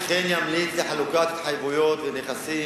וכן ימליץ על מנגנון לחלוקת התחייבויות ונכסים